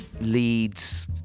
leads